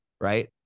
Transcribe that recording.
Right